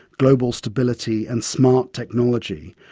global stability and smart technology.